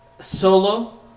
Solo